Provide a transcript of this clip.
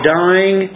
dying